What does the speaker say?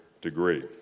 degree